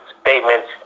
statements